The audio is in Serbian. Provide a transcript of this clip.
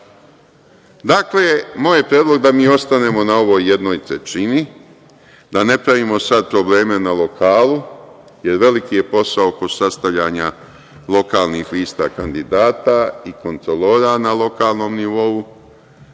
moj predlog je da mi ostanemo na ovoj jednoj trećini, da ne pravimo sada probleme na lokalu, jer veliki je posao oko sastavljanja lokalnih lista kandidata i kontrolora na lokalnom nivou,